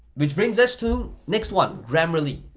which brings us to next one, grammarly.